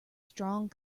strong